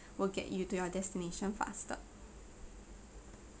will get you to your destination faster